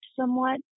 somewhat